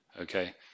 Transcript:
okay